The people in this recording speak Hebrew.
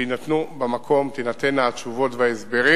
שבמקום יינתנו התשובות וההסברים,